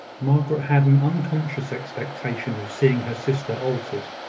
margaret had an unconscious expectation of seeing her sister altered.